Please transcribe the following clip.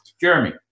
Jeremy